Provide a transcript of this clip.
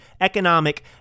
economic